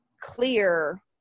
clear